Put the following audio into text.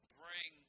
bring